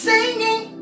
Singing